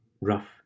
rough